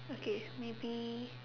okay maybe